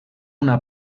una